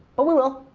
but we will,